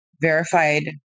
verified